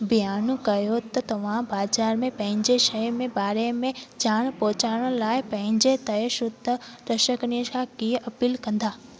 बियानु कयो त तव्हां बाज़ारि में पंहिंजे शइ में बारे में जाण पहुचाइण लाइ पंहिंजे तयशुदा दर्शकनि सां कीअं अपील कंदा